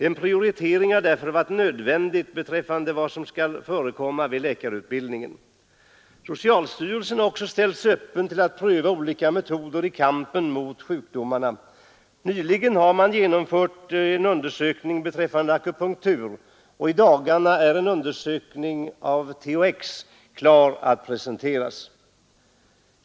En prioritering har därför varit nödvändig beträffande vad som skall förekomma vid läkarutbildningen. Socialstyrelsen har också ställt sig öppen till att pröva olika metoder i kampen mot sjukdomarna. Nyligen har man slutfört en undersökning beträffande akupunktur, och i dagarna är en undersökning av THX klar att presenteras.